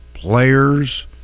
Players